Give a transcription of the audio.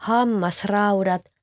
Hammasraudat